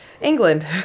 England